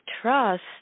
trust